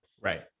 Right